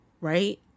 right